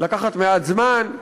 לקחת מעט זמן.